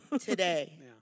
Today